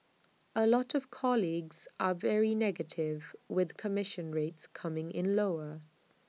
A lot of colleagues are very negative with commission rates coming in lower